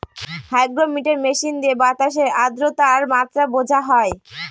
hygrometer machine দিয়ে বাতাসের আদ্রতার মাত্রা বোঝা হয়